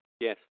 Yes